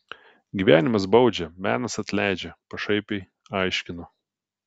gyvenimas baudžia menas atleidžia pašaipiai aiškino